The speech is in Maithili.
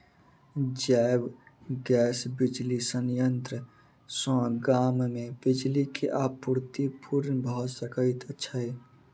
जैव गैस बिजली संयंत्र सॅ गाम मे बिजली के आपूर्ति पूर्ण भ सकैत छै